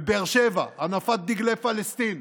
בבאר שבע, הנפת דגלי פלסטין,